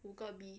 五个 B